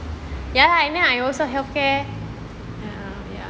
ya